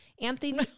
Anthony